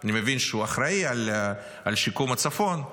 שאני מבין שהוא אחראי על שיקום הצפון.